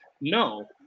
No